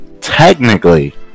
technically